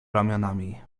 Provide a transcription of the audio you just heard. ramionami